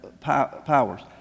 powers